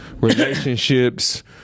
relationships